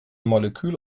molekül